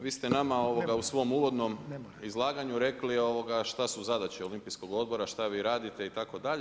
Vi ste nama u svom uvodnom izlaganju rekli šta su zadaće Olimpijskog odbora, šta vi radite itd.